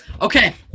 Okay